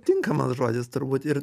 tinkamas žodis turbūt ir